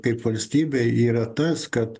kaip valstybei yra tas kad